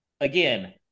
Again